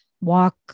walk